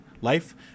life